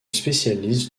spécialiste